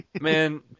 man